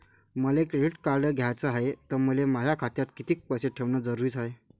मले credit card घ्याचं हाय, त मले माया खात्यात कितीक पैसे ठेवणं जरुरीच हाय?